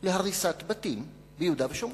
להריסת בתים ביהודה ושומרון.